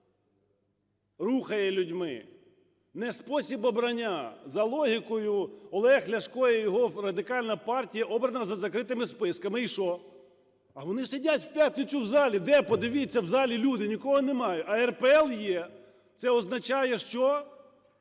рухає людьми, не спосіб обрання. За логікою, Олег Ляшко і його Радикальна партія обрана за закритими списками. І що? А вони сидять в п'ятницю в залі. Де, подивіться, в залі люди? Нікого немає, а РПЛ є. Це означає що?